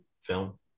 film